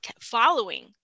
following